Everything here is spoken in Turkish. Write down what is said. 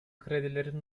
kredilerin